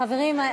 חברים,